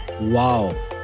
wow